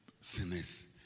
sinners